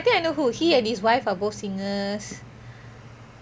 I think I know who he and his wife are both singers